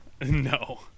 No